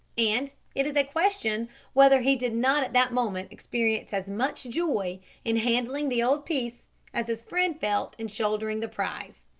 and it is a question whether he did not at that moment experience as much joy in handling the old piece as his friend felt in shouldering the prize.